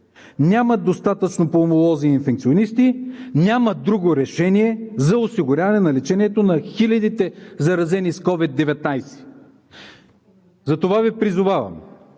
няма достатъчно пулмолози и инфекционисти. Няма друго решение за осигуряване на лечението на хилядите, заразени с COVID-19. Затова Ви призовавам